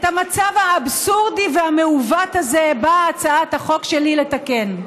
את המצב האבסורדי והמעוות הזה באה הצעת החוק שלי לתקן,